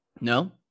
No